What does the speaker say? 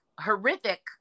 horrific